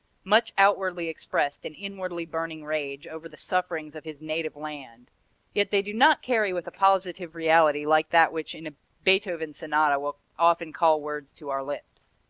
much outwardly expressed and inwardly burning rage over the sufferings of his native land yet they do not carry with a positive reality like that which in a beethoven sonata will often call words to our lips.